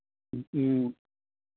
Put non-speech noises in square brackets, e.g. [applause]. [unintelligible]